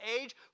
age